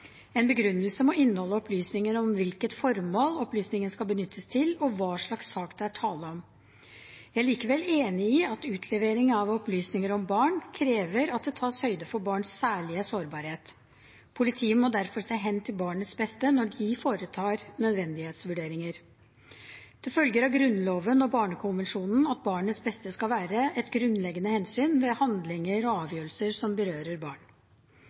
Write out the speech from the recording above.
En begrunnelse må inneholde opplysninger om hvilket formål opplysningen skal benyttes til, og hva slags sak det er tale om. Jeg er likevel enig i at utlevering av opplysninger om barn krever at det tas høyde for barns særlige sårbarhet. Politiet må derfor se hen til barnets beste når de foretar nødvendighetsvurderinger. Det følger av Grunnloven og barnekonvensjonen at barnets beste skal være et grunnleggende hensyn ved handlinger og avgjørelser som berører barn.